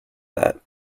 that